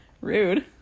Rude